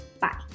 Bye